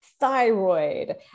thyroid